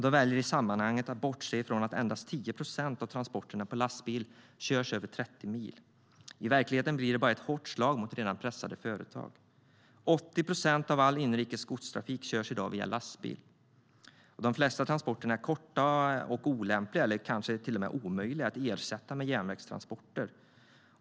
De väljer i sammanhanget att bortse ifrån att endast 10 procent av transporterna på lastbil körs över 30 mil. I verkligheten blir det bara ett hårt slag mot redan pressade företag. 80 procent av all inrikes godstrafik körs i dag via lastbil. De flesta transporter är korta och olämpliga eller till och med omöjliga att ersätta med järnvägstransport.